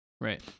right